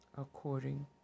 According